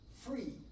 free